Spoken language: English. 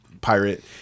pirate